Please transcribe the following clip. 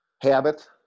Habit